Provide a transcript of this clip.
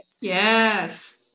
Yes